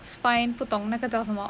spine 不懂那个叫什么